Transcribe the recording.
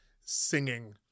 singing